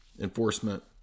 enforcement